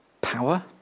Power